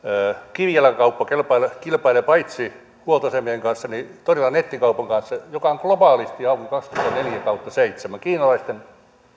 kivijalkakauppa kilpailee kilpailee paitsi huoltoasemien kanssa niin todella nettikaupan kanssa joka on globaalisti auki kaksikymmentäneljä kautta seitsemännen kiinalaistenkin